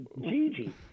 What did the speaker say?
Gigi